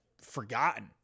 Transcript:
forgotten